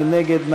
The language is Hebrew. מי נגד?